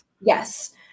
Yes